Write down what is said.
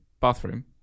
bathroom